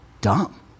dumb